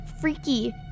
freaky